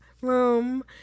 room